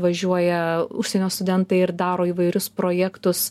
važiuoja užsienio studentai ir daro įvairius projektus